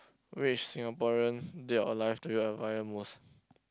which Singaporean did your life do you admire most